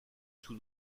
sous